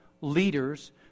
leaders